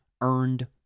earned